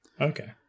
okay